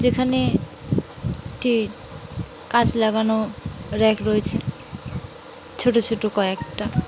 যেখানে টি কাঁচ লাগানো র্যাক রয়েছে ছোটো ছোটো কয়েকটা